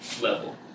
level